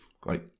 Great